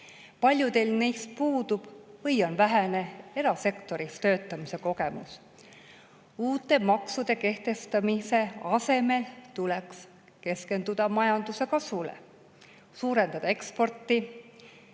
Paljudel neist puudub või on vähene erasektoris töötamise kogemus. Uute maksude kehtestamise asemel tuleks keskenduda majanduse kasvule, suurendada eksporti.